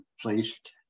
placed